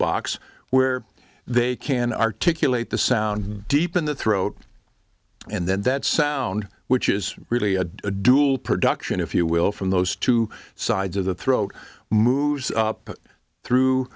box where they can articulate the sound deep in the throat and then that sound which is really a dual production if you will from those two sides of the throat moves up through